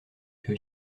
que